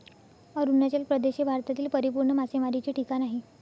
अरुणाचल प्रदेश हे भारतातील परिपूर्ण मासेमारीचे ठिकाण आहे